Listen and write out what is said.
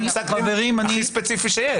זה פסק דין הכי ספציפי שיש.